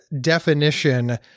definition